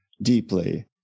deeply